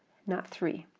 not three.